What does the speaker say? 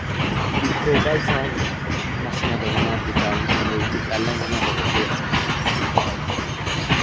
दिक्खो तां अस मच्छियां पकड़ने दा तरीका दस्सना पैह्लें कियां पकड़दे अस मच्छियां